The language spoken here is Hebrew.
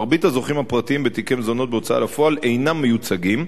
מרבית הזוכים הפרטיים בתיקי מזונות בהוצאה לפועל אינם מיוצגים,